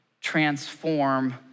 transform